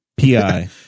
Pi